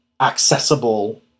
accessible